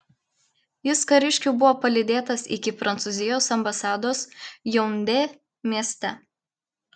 jis kariškių buvo palydėtas iki prancūzijos ambasados jaundė mieste